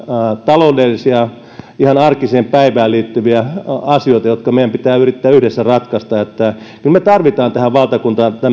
taloudellisia ihan arkiseen päivään liittyviä asioita jotka meidän pitää yrittää yhdessä ratkaista kyllä me tarvitsemme tähän valtakuntaan